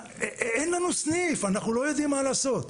אין לנו סניף, אנחנו לא יודעים מה לעשות.